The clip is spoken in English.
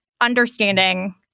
understanding